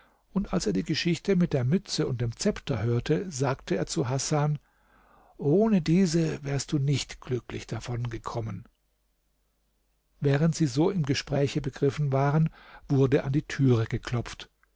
und als er die geschichte mit der mütze und dem zepter hörte sagte er zu hasan ohne diese wärest du nicht glücklich davongekommen während sie so im gespräche begriffen waren wurde an die türe geklopft